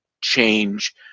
change